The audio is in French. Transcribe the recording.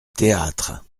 théâtre